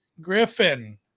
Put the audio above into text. Griffin